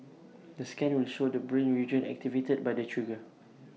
the scan will show the brain region activated by the trigger